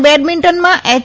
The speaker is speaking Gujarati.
અને બેડમિન્ટનમાં એચ